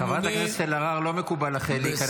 חברת הכנסת אלהרר, לא מקובל להיכנס לדברים.